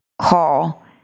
call